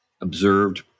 observed